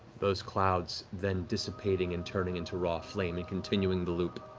those clouds then dissipating and turning into raw flame and continuing the loop.